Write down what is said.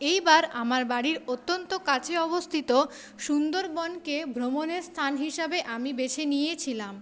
এইবার আমার বাড়ির অত্যন্ত কাছে অবস্থিত সুন্দরবনকে ভ্রমণের স্থান হিসাবে আমি বেছে নিয়েছিলাম